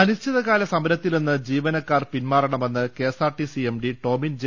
അനിശ്ചിതകാല സമരത്തിൽ നിന്ന് ജീവനക്കാർ പിൻമാറണമെന്ന് കെഎസ്ആർടിസി എംഡി ടോമിൻ ജെ